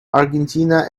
argentina